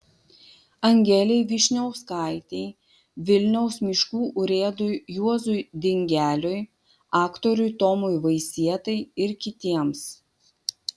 angelei vyšniauskaitei vilniaus miškų urėdui juozui dingeliui aktoriui tomui vaisietai ir kitiems